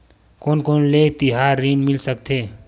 कोन कोन ले तिहार ऋण मिल सकथे?